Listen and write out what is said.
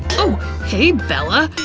oh hey bella